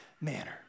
manner